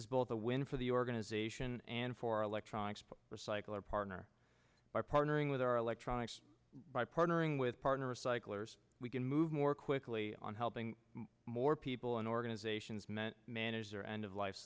is both a win for the organization and for electronics recycler partner by partnering with our electronics by partnering with partner recyclers we can move more quickly on helping more people in organizations meant managers or end of life